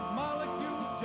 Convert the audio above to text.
molecules